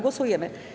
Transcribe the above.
Głosujemy.